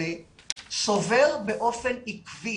סובר באופן עקבי